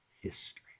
history